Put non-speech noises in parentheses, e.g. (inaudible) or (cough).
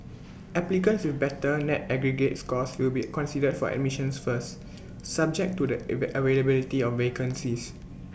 (noise) applicants with better net aggregate scores will be considered for admissions first subject to the (unintelligible) availability of vacancies